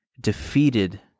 defeated